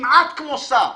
כמעט כמו שר,